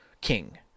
king